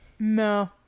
no